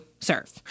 serve